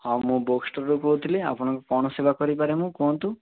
ହଁ ମୁଁ ବୁକଷ୍ଟୋରରୁ କହୁଥିଲି ଆପଣଙ୍କ କ'ଣ ସେବା କରିପାରେ ମୁଁ କୁହନ୍ତୁ